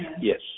yes